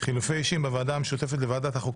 חילופי אישים בוועדה המשותפת לוועדת החוקה,